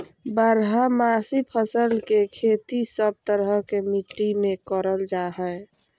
बारहमासी फसल के खेती सब तरह के मिट्टी मे करल जा हय